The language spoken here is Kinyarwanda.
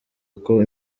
uko